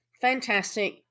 Fantastic